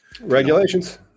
Regulations